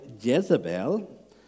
Jezebel